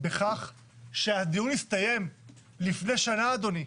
בכך שהדיון הסתיים לפני שנה, אדוני,